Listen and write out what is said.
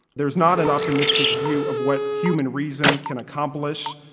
there is not an optimistic view of what human reason can accomplish,